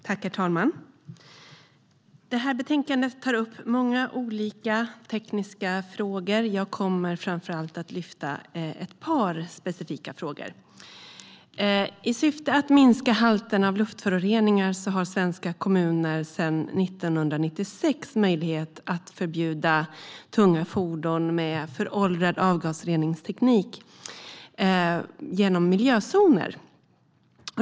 Herr talman! Det här betänkandet tar upp många olika tekniska frågor. Jag kommer framför allt att lyfta upp ett par specifika frågor. I syfte att minska halten av luftföroreningar har svenska kommuner sedan 1996 möjlighet att genom miljözoner förbjuda tunga fordon med föråldrad avgasreningsteknik.